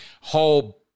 whole